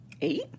Eight